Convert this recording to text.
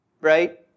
Right